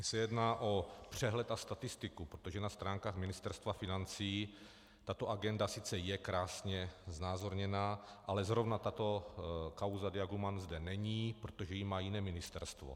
Mně se jedná o přehled a statistiku, protože na stránkách Ministerstva financí tato agenda sice je krásně znázorněna, ale zrovna tato kauza Diag Human zde není, protože jí má jiné ministerstvo.